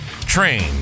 Train